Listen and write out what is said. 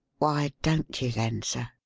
why don't you, then, sir?